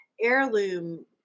heirloom